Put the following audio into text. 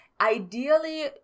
Ideally